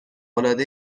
العاده